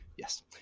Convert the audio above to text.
Yes